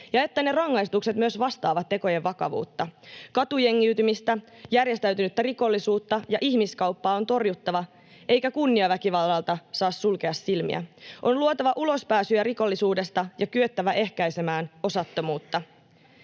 ja että rangaistukset myös vastaavat tekojen vakavuutta. Katujengiytymistä, järjestäytynyttä rikollisuutta ja ihmiskauppaa on torjuttava, eikä kunniaväkivallalta saa sulkea silmiä. On luotava ulospääsyjä rikollisuudesta ja kyettävä ehkäisemään osattomuutta.